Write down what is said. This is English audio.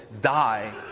die